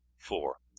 four.